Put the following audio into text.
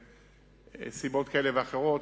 מסיבות כאלה ואחרות,